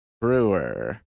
Brewer